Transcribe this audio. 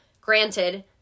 Granted